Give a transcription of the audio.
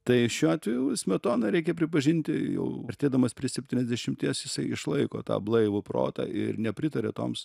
tai šiuo atveju smetona reikia pripažinti jau artėdamas prie septyniasdešimties jisai išlaiko tą blaivų protą ir nepritaria toms